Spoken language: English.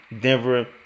Denver